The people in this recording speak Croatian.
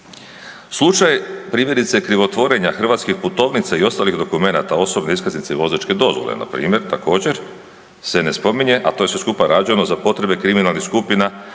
Slučaj primjerice krivotvorenja hrvatskih putovnica i ostalih dokumenata osobne iskaznice i vozačke dozvole npr. također se ne spominje, a to je sve skupa rađeno za potrebe kriminalnih skupina